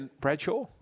Bradshaw